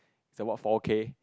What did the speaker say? that's what four K